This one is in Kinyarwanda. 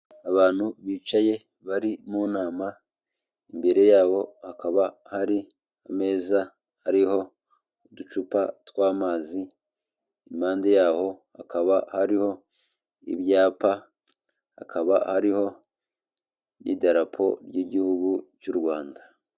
Abantu bicaye bari mu nama imbere yabo hakaba hari ameza hariho uducupa tw'amazi, impande yaho hakaba hariho ibyapa akaba ariho by'idarapo by'igihugu cy'u Rwanda.